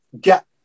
get